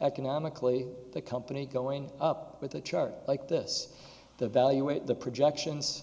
economically the company going up with a chart like this the value weight the projections